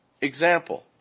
example